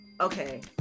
Okay